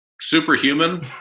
superhuman